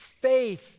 faith